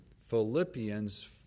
Philippians